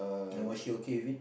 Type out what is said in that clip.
and was she okay with it